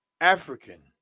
African